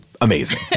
amazing